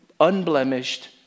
unblemished